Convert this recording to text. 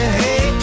hey